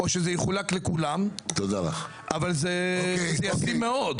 או שזה יחולק לכולם, אבל זה ישים מאוד.